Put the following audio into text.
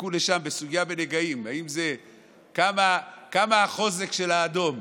נדבקו לשם בסוגיה בנגעים: כמה החוזק של האדום,